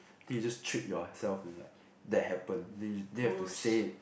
then you just trick yourself in like that happened then you have to say it